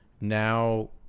now